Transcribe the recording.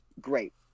great